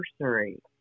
anniversary